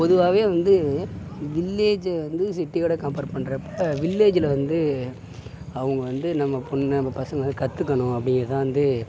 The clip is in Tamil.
பொதுவாகவே வந்து வில்லேஜை வந்து சிட்டியோடு கம்பேர் பண்றப்போ வில்லேஜில் வந்து அவங்க வந்து நம்ம பொண்ணை நம்ம பசங்க கற்றுக்கணும் அப்படியேதான் வந்து